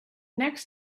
next